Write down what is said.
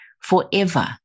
Forever